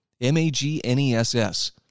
M-A-G-N-E-S-S